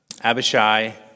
Abishai